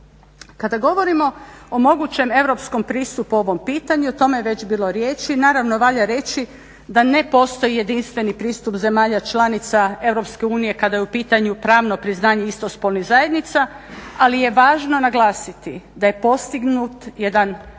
Kada govorimo o mogućem europskom pristupu ovom pitanju o tome je već bilo riječi, naravno valja reći da ne postoji jedinstveni pristup zemalja članica EU kada je u pitanju pravno priznanje istospolnih zajednica ali je važno naglasiti da je postignut jedna razina